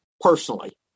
personally